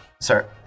Sir